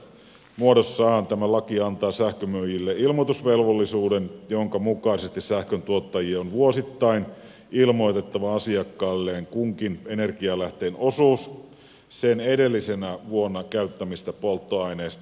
ehdotusmuodossaan tämä laki antaa sähkön myyjille ilmoitusvelvollisuuden jonka mukaisesti sähkön tuottajien on vuosittain ilmoitettava asiakkailleen kunkin energialähteen osuus sen edellisenä vuonna käyttämistä polttoaineista